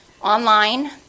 online